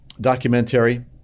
documentary